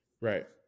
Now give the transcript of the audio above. Right